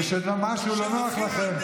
כשמשהו לא נוח לכם,